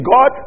God